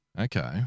Okay